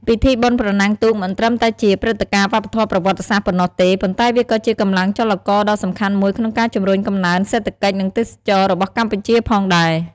ពិធីបុណ្យប្រណាំងទូកមិនត្រឹមតែជាព្រឹត្តិការណ៍វប្បធម៌ប្រវត្តិសាស្ត្រប៉ុណ្ណោះទេ ប៉ុន្តែវាក៏ជាកម្លាំងចលករដ៏សំខាន់មួយក្នុងការជំរុញកំណើនសេដ្ឋកិច្ច និងទេសចរណ៍របស់កម្ពុជាផងដែរ។